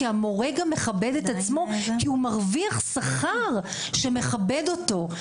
כי המורה גם מכבד את עצמו כי הוא מרוויח שכר שמכבד אותו.